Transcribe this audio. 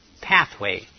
pathway